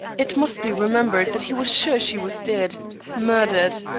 it must be remembered that he was sure she was dead murdered,